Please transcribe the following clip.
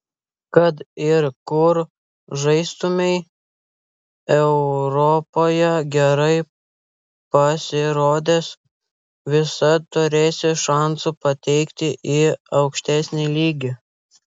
kad ir kur žaistumei europoje gerai pasirodęs visad turėsi šansų patekti į aukštesnį lygį